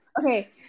okay